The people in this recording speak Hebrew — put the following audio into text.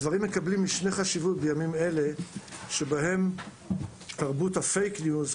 הדברים מקבלים משנה חשיבות בימים אלה שבהם תרבות הפייק ניוז,